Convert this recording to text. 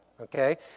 Okay